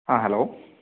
ആ ഹലോ